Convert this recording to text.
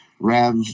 rev